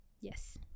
Yes